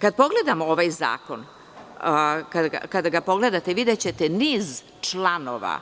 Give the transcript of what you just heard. Kad pogledamo ovaj zakon, videćete niz članova